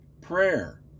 prayer